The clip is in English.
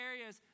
areas